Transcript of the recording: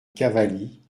cavalli